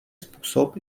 způsob